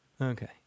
Okay